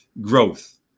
growth